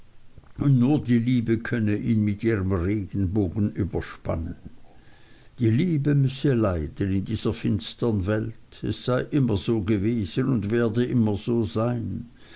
nur die liebe könne ihn mit ihrem regenbogen überspannen die liebe müsse leiden in dieser finstern welt es sei immer so gewesen und werde immer so sein